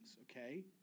okay